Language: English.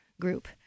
group